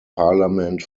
parliament